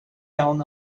iawn